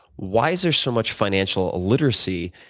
why is there so much financial illiteracy,